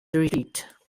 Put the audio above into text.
retreat